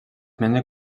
mengen